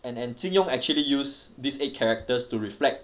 and and 金庸 actually use these eight characters to reflect